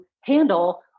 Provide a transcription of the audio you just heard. handle